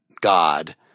God